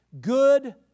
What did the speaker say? Good